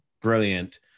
brilliant